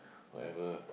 whatever